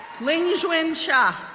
lingjun xia,